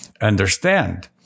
understand